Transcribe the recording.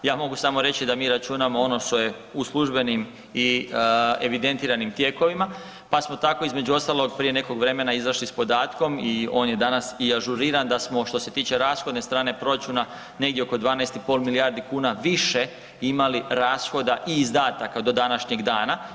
Ja mogu samo reći da mi računamo ono što je u službenim i evidentiranim tijekovima, pa smo tako između ostalog, prije nekog vremena izašli s podatkom i on je danas i ažuriran da smo, što se tiče rashodne strane proračuna, negdje oko 12,5 milijardi kuna više imali rashoda i izdataka do današnjeg dana.